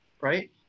right